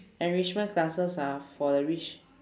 enrichment classes are for the rich